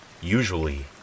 Usually